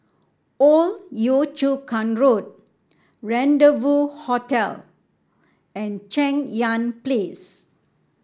Old Yio Chu Kang Road Rendezvous Hotel and Cheng Yan Place